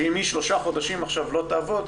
שאם היא שלושה חודשים עכשיו לא תעבוד,